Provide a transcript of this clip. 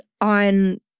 on